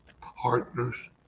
partners